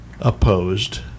opposed